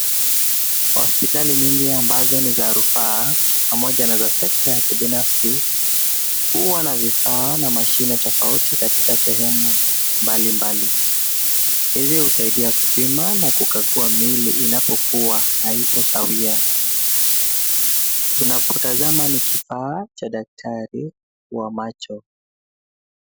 Hospitali nyingi ambazo ni za rufaa pamoja na za sekta ya kibinafsi huwa na vifaa na mashine tofauti katika sehemu mbalimbali. Hizi husaidia kupimia na kukagua miili inapokua haipo sawia. Tunapotazama ni kifaa cha daktari wa macho.